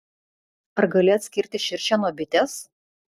ar gali atskirti širšę nuo bitės